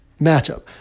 matchup